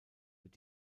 wird